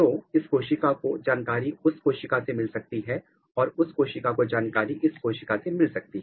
तो इस कोशिका को जानकारी उस कोशिका से मिल सकती है और उस कोशिका को जानकारी इस कोशिका से मिल सकती है